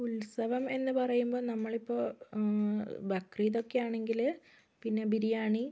ഉത്സവം എന്ന് പറയുമ്പോൾ നമ്മളിപ്പോൾ ബക്രീദൊക്കെയാണെങ്കിൽ പിന്നെ ബിരിയാണി